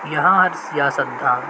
یہاں آج سیاستدان